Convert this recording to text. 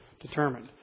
determined